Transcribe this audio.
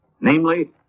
namely